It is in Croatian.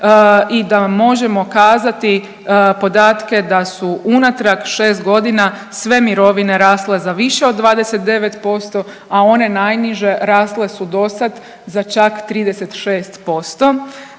i da možemo kazati podatke da su unatrag 6.g. sve mirovine rasle za više od 29%, a one najniže rasle su dosad za čak 36%